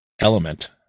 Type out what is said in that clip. element